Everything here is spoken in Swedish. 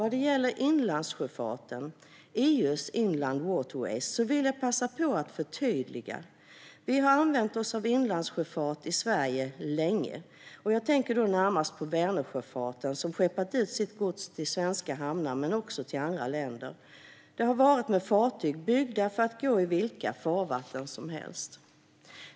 Vad gäller inlandssjöfarten, EU:s Inland Water Ways, vill jag passa på att förtydliga. Vi har använt oss av inlandssjöfart i Sverige länge. Jag tänker då närmast på Vänersjöfarten som skeppat ut sitt gods till svenska hamnar men också till andra länder. Det har varit med fartyg byggda för att gå i vilka farvatten som helst.